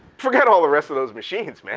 forget all the rest of those machines, man.